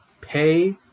pay